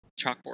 chalkboard